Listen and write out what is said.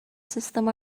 system